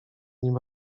nim